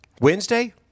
Wednesday